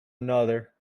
another